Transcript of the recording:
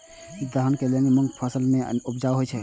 दलहन के लेल भी मूँग फसल भी नीक उपजाऊ होय ईय?